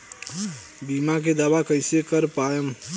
बीमा के दावा कईसे कर पाएम?